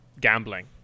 gambling